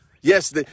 Yes